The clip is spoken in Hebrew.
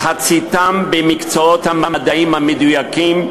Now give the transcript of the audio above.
מחציתם במקצועות המדעים המדויקים,